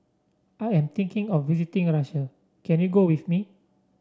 I am taking of visiting a Russia can you go with me